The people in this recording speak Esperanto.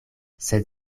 sed